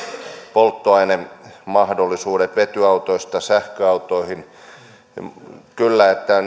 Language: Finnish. polttoainemahdollisuudet vetyautoista sähköautoihin että